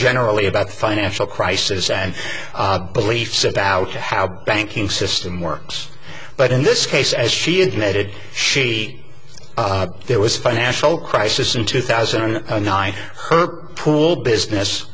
generally about the financial crisis and beliefs about how banking system works but in this case as she admitted she there was a financial crisis in two thousand and nine pool business